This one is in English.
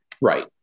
Right